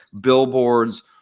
billboards